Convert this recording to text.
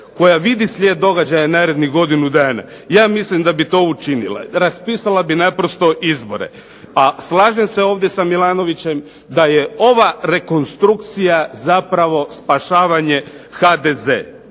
koja vidi slijed događaja narednih godinu dana, ja mislim da bi to učinila, raspisala bi naprosto izbore, a slažem se ovdje sa Milanovićem da je ova rekonstrukcija zapravo spašavanje HDZ.